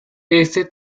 este